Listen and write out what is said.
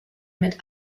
mit